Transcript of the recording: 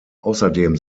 außerdem